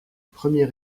premier